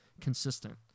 consistent